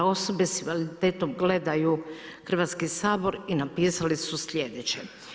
Osobe sa invaliditetom gledaju Hrvatski sabor i napisali su slijedeće.